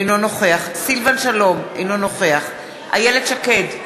אינו נוכח סילבן שלום, אינו נוכח איילת שקד,